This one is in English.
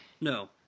No